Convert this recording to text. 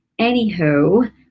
anywho